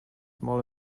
small